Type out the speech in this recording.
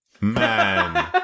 Man